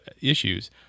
issues